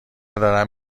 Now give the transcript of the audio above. دارن